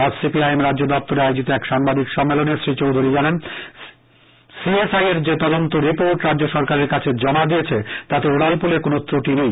আজ সিপিআইএম রাজ্য দপ্তরে আয়োজিত এক সাংবাদিক সম্মেলনে শ্রী চৌধুরী জানান সিএসআইআর যে তদন্ত রিপোর্ট রাজ্য সরকারের কাছে জমা দিয়েছে তাতে উড়াল পুলে কোন ক্রটি নেই